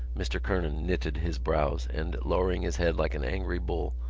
mr. kernan knitted his brows and, lowering his head like an angry bull,